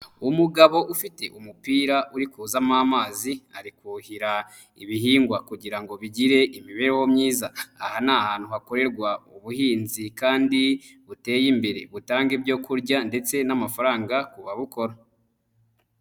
Umugabo ufite umupira uri kuzamo amazi, ari kuhira ibihingwa kugira ngo bigire imibereho myiza. Aha ni ahantu hakorerwa ubuhinzi kandi buteye imbere, butanga ibyo kurya ndetse n'amafaranga ku babukora.